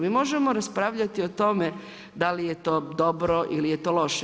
Mi možemo raspravljati o tome da li je to dobro ili je to loše.